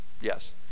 yes